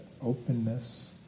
openness